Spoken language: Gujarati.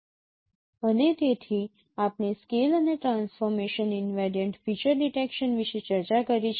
અને તેથી આપણે સ્કેલ અને ટ્રાન્સફોર્મેશન ઈનવેરિયન્ટ ફીચર ડિટેકશન વિશે ચર્ચા કરી છે